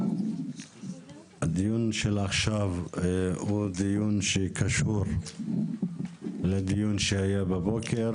הדיון של עכשיו הוא דיון שקשור לדיון שהיה בבוקר